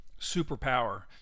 superpower